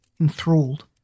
Enthralled